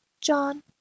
John